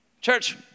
Church